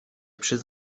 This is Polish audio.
przez